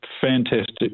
Fantastic